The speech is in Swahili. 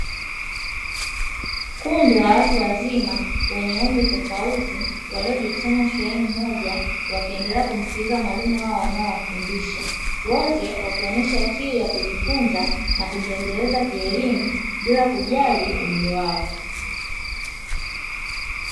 Kundi la watu wazima wenye umri tofauti waliojikusanya sehemu moja, wakiendelea kumsikiliza mwalimu wao anawafundisha, wote wakionyesha kiu ya kujifunza na kujiendeleza kielimu, bila kujali umri wao.